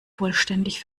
vollständig